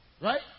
right